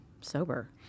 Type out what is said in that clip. sober